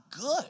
good